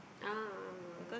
a'ah